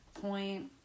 point